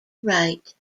right